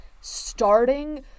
starting